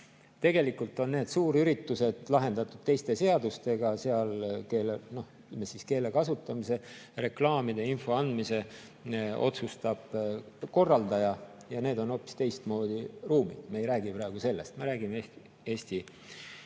Tegelikult on need suurüritused lahendatud teiste seadustega, seal otsustab keele kasutamise, reklaamide ja info andmise korraldaja ja need on hoopis teistmoodi ruumid. Me ei räägi praegu sellest, me räägime Eesti